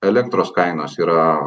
elektros kainos yra